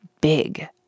Big